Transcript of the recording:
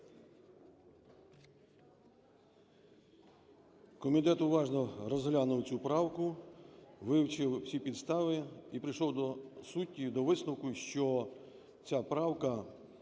Комітет уважно розглянув цю правку, вивчив всі підстави і прийшов до суті, до висновку, що ця правка